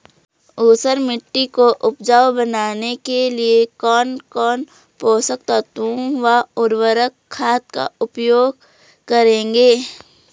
ऊसर मिट्टी को उपजाऊ बनाने के लिए कौन कौन पोषक तत्वों व उर्वरक खाद का उपयोग करेंगे?